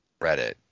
Reddit